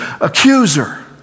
accuser